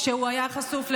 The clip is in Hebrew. כשהוא היה חשוף,